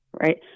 Right